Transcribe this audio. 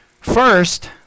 First